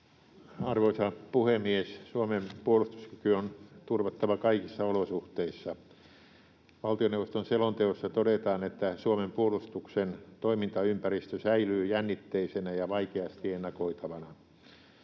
Arvoisa puhemies! Suomen puolustuskyky on turvattava kaikissa olosuhteissa. Valtioneuvoston selonteossa todetaan, että Suomen puolustuksen toimintaympäristö säilyy jännitteisenä ja vaikeasti ennakoitavana.